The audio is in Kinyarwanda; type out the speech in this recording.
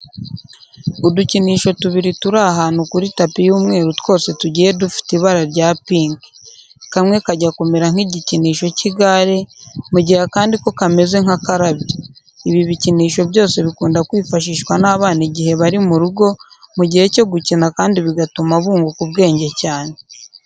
Udukinisho tubiri turi ahantu kuri tapi y'umweru twose tugiye dufite ibara rya pinki. Kamwe kajya kumera nk'igikinisho cy'igare, mu gihe akandi ko kameze nk'akarabyo. Ibi bikinisho byose bikunda kwifashishwa n'abana igihe bari mu rugo mu gihe cyo gukina kandi bituma bunguka ubwenge cyane.